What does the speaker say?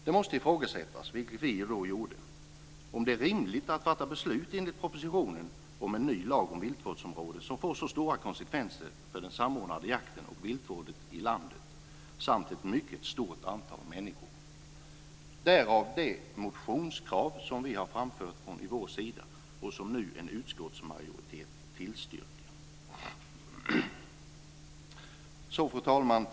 Det måste ifrågasättas, vilket vi har gjort, om det är rimligt att fatta beslut enligt propositionen om en ny lag om viltvårdsområden som får så stora konsekvenser för den samordnade jakten och viltvården i landet samt för ett mycket stort antal människor; därav de motionskrav som framförts från vår sida och som en utskottsmajoritet nu tillstyrker. Fru talman!